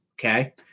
okay